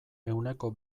ehuneko